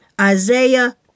Isaiah